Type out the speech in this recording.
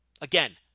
Again